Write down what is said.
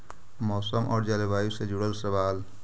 मौसम और जलवायु से जुड़ल सवाल?